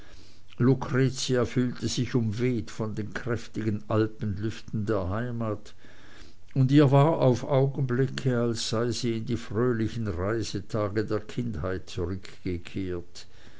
lucretia fühlte sich umweht von den kräftigen alpenlüften der heimat und ihr war auf augenblicke als sei sie in die fröhlichen reisetage der kindheit zurückgekehrt